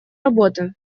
работы